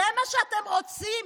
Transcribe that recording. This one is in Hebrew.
זה מה שאתם רוצים?